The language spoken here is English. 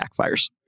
backfires